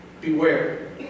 Beware